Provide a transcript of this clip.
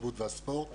התרבות והספורט.